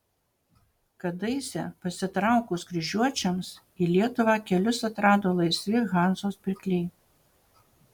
kadaise pasitraukus kryžiuočiams į lietuvą kelius atrado laisvi hanzos pirkliai